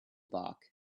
dock